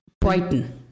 Brighton